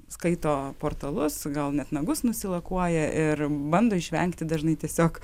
skaito portalus gal net nagus nusilakuoja ir bando išvengti dažnai tiesiog